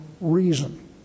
reason